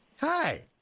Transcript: Hi